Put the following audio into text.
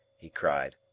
he cried.